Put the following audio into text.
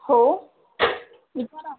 हो विचारा